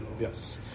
Yes